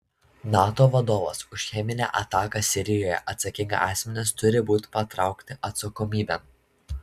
nato vadovas už cheminę ataką sirijoje atsakingi asmenys turi būti patraukti atsakomybėn